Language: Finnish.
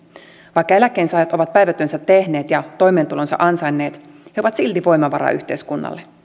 vaikka eläkkeensaajat ovat päivätyönsä tehneet ja toimeentulonsa ansainneet he ovat silti voimavara yhteiskunnalle